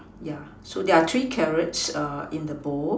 yeah so there are three carrots in the bowl